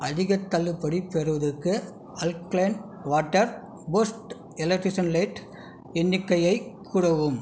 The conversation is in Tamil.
அதிகத் தள்ளுபடி பெறுவதற்கு alkaline water best electrician light எண்ணிக்கையைக் கூடவும்